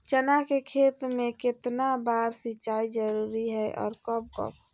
चना के खेत में कितना बार सिंचाई जरुरी है और कब कब?